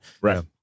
Right